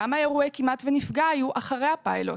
כמה אירועי כמעט ונפגע היו אחרי הפיילוט?